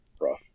rough